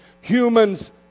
Humans